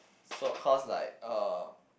so cause like uh